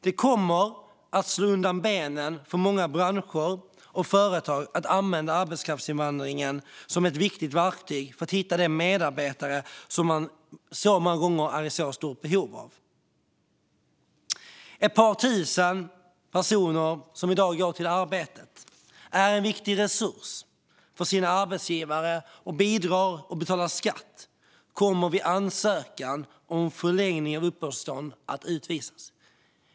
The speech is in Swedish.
Det kommer att slå undan benen för många branscher och företag att använda arbetskraftsinvandringen som ett viktigt verktyg för att hitta de medarbetare som man många gånger är i så stort behov av. Ett par tusen personer som i dag går till arbetet, som är en viktig resurs för sina arbetsgivare och som bidrar och betalar skatt, kommer vid ansökan om förlängning av uppehållstillstånd att utvisas.